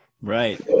right